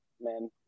man